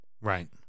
right